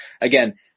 Again